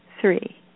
three